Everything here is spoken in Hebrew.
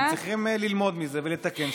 אנחנו צריכים ללמוד מזה ולתקן,